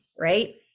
Right